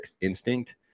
instinct